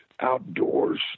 outdoors